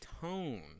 tone